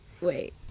wait